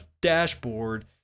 dashboard